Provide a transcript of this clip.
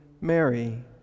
Mary